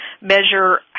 measure